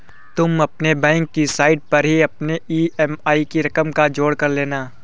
तुम अपने बैंक की साइट पर ही अपने ई.एम.आई की रकम का जोड़ कर लेना